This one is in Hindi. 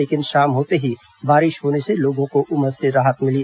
लेकिन शाम होते ही बारिश होने से लोगों को उमस से राहत मिली